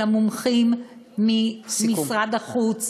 של המומחים ממשרד החוץ,